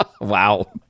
Wow